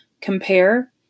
compare